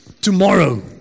tomorrow